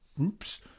Oops